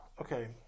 Okay